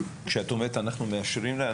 כשאת אומרת אנחנו מאשרים להם,